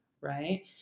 right